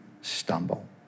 stumble